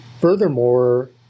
Furthermore